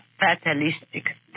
fatalistic